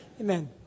Amen